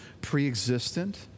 pre-existent